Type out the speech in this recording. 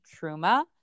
truma